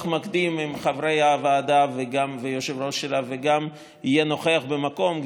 מקדים עם חברי הוועדה והיושב-ראש שלה וגם יהיה נוכח במקום,